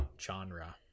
genre